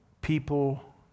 people